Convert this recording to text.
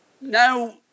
now